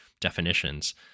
definitions